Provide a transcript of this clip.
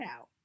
out